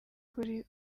kuri